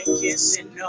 kissing